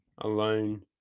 alone